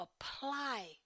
apply